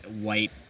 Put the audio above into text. white